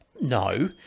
No